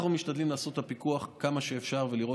אנחנו משתדלים לעשות את הפיקוח כמה שאפשר ולראות